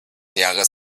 jahres